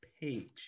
page